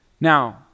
Now